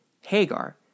Hagar